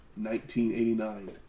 1989